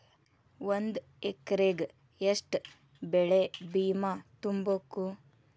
ಒಂದ್ ಎಕ್ರೆಗ ಯೆಷ್ಟ್ ಬೆಳೆ ಬಿಮಾ ತುಂಬುಕು?